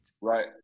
Right